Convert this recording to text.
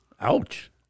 Ouch